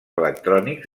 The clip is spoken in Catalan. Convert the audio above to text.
electrònics